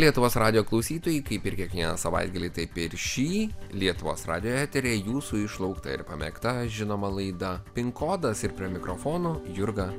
lietuvos radijo klausytojai kaip ir kiekvieną savaitgalį taip ir šį lietuvos radijo eteryje jūsų išlaukta ir pamėgta žinoma laida pin kodas ir prie mikrofonų jurga